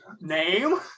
name